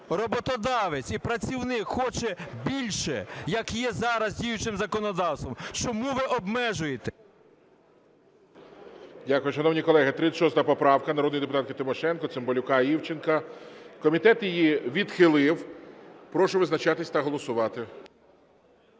роботодавець і працівник хоче більше, як є зараз за діючим законодавством, чому ви обмежуєте? ГОЛОВУЮЧИЙ. Дякую. Шановні колеги, 36 поправка народної депутатки Тимошенко, Цимбалюка і Івченка, комітет її відхилив. Прошу визначатися та голосувати.